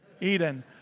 Eden